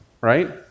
right